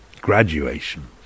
graduation